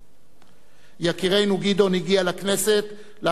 יקירנו גדעון הגיע לכנסת לאחר שנים רבות